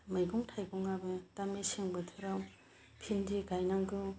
मैगं थाइगंआबो दा मेसें बोथोराव भिन्दि गायनांगौ